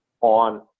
on